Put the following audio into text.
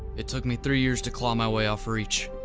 it took me three years to claw my way off reach,